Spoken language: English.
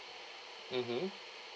mmhmm